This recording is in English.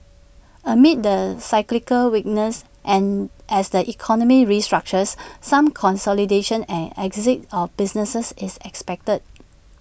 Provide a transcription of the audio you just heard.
amid the cyclical weakness and as the economy restructures some consolidation and exit of businesses is expected